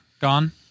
Gone